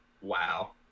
Wow